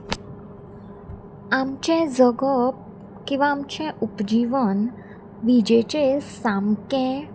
आमचें जगप किंवां आमचें उपजीवन विजेचेर सामकें